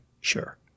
sure